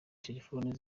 telefoni